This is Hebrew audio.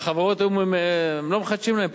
החברות לא מחדשות להם,